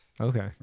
Okay